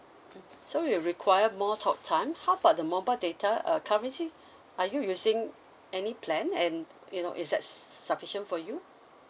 mm so you'll require more talk time how about the mobile data uh currently are you using any plan and you know is that sufficient for you